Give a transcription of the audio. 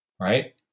right